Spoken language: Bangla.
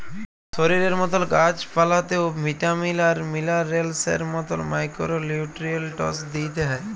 শরীরের মতল গাহাচ পালাতেও ভিটামিল আর মিলারেলসের মতল মাইক্রো লিউট্রিয়েল্টস দিইতে হ্যয়